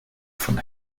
von